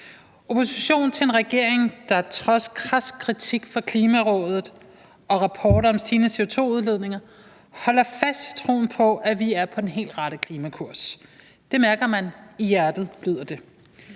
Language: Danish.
oppositionen til en regering, der trods krads kritik fra Klimarådet og rapporter om stigende CO2-udledninger holder fast i troen på, at vi er på den helt rette klimakurs. Det mærker man i hjertet, lyder det.